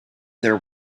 there